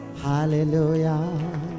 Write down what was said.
hallelujah